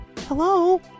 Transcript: hello